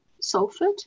salford